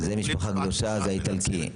זה "המשפחה הקדושה", זה האיטלקי.